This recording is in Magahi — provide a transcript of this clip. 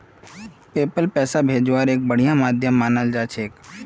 पेपल पैसा भेजवार एकता बढ़िया माध्यम मानाल जा छेक